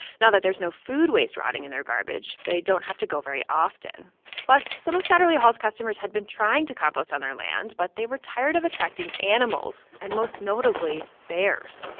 now that there's no food waste rotting in their garbage, they don't have to go very often plus, some of saturley-hall's customers had been trying to compost on their land, but were tired of attracting animals, and most notably bears.